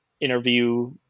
interview